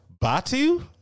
batu